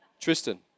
Tristan